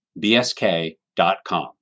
bsk.com